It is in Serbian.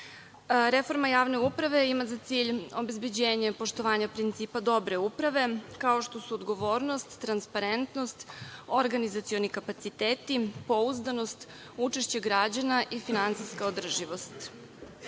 Reforma javne uprave ima za cilj obezbeđenje poštovanja principa dobre uprave, kao što su odgovornost, transparentnost, organizacioni kapaciteti, pouzdanost, učešće građana i finansijska